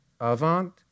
avant